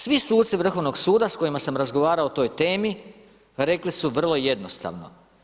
Svi suci Vrhovnog suda s kojima sam razgovarao o toj temi rekli su vrlo jednostavno.